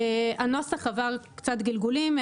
הנוסח עבר קצת גלגולים.